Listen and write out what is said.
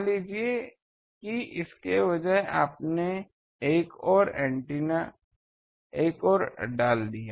मान लीजिए कि इसके बजाय आपने एक और डाल दिया